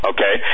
Okay